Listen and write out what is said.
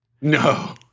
No